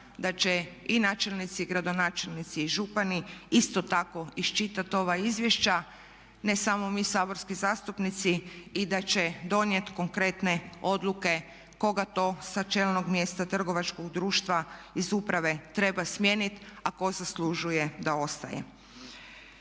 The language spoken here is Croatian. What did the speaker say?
da će i načelnici i gradonačelnici i župani isto tako iščitat ova izvješća ne samo mi saborski zastupnici i da će donijet konkretne odluke koga to sa čelnog mjesta trgovačkog društva iz uprave treba smijenit, a tko zaslužuje da ostaje.